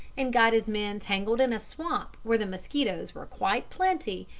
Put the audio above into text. and got his men tangled in a swamp where the mosquitoes were quite plenty,